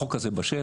החוק הזה בשל,